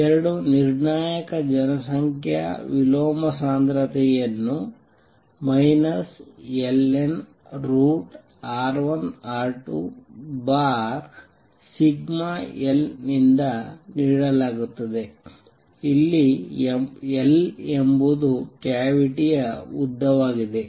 ಎರಡು ನಿರ್ಣಾಯಕ ಜನಸಂಖ್ಯಾ ವಿಲೋಮ ಸಾಂದ್ರತೆಯನ್ನು ln√σL ನಿಂದ ನೀಡಲಾಗುತ್ತದೆ ಇಲ್ಲಿ L ಎಂಬುದು ಕ್ಯಾವಿಟಿ ಯ ಉದ್ದವಾಗಿದೆ